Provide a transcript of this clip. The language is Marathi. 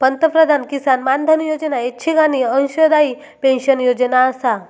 पंतप्रधान किसान मानधन योजना ऐच्छिक आणि अंशदायी पेन्शन योजना आसा